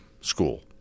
school